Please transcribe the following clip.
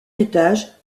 étages